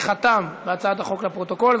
תמיכתם בהצעת החוק, לפרוטוקול.